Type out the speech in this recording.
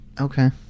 Okay